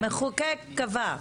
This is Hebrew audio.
המחוקק קבע.